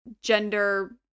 gender